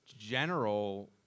general